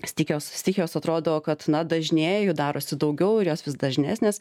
stichijos stichijos atrodo kad dažnėja jų darosi daugiau ir jos vis dažnesnės